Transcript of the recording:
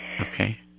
Okay